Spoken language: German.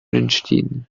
entstehen